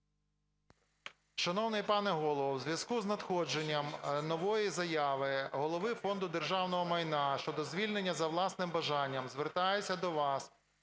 Шановний пане Голово, у зв'язку з надходженням нової заяви Голови Фонду державного майна щодо звільнення за власним бажанням звертаюся до вас